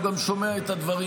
הוא גם שומע את הדברים,